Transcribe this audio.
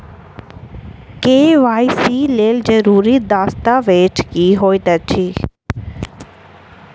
KYC लेल जरूरी दस्तावेज की होइत अछि?